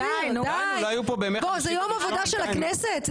די, פה זה יום עבודה של הכנסת?